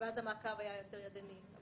ואז המעקב היה יותר ידני.